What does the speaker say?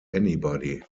anybody